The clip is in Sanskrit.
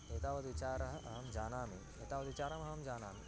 एतावत् विचारम् अहं जानामि एतावद्विचारमहं जानामि